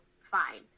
Fine